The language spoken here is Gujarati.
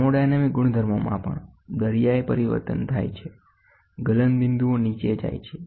થર્મોડાયનેમિક ગુણધર્મોમાં પણ દરિયાઇ પરિવર્તન થાય છે ગલનબિંદુઓ નીચે જાય છે